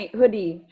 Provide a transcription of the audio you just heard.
hoodie